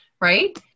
right